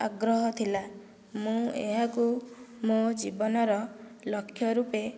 ଆଗ୍ରହ ଥିଲା ମୁଁ ଏହାକୁ ମୋ ଜୀବନର ଲକ୍ଷ୍ୟ ରୂପେ